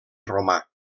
romà